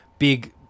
big